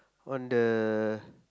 on the